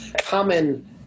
common